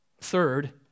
Third